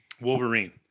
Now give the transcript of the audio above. Wolverine